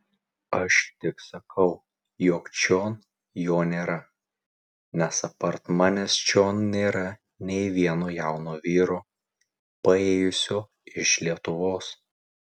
aš tik sakau jog čion jo nėra nes apart manęs čion nėra nė vieno jauno vyro paėjusio iš lietuvos